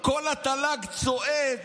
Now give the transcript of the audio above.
כל התל"ג צועק